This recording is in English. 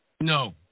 No